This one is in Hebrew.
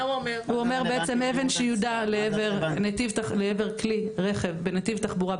הוא אומר אבן שיודה לעבר כלי רכב בנתיב תחבורה,